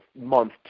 month